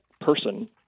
person